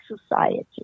society